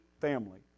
family